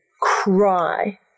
cry